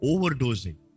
Overdosing